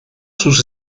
sus